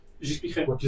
J'expliquerai